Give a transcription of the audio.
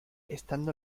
estando